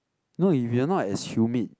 no if you're not as humid